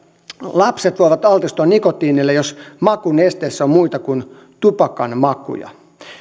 lapset voivat altistua nikotiinille jos makunesteessä on muita kuin tupakan makuja